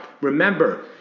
Remember